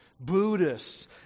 Buddhists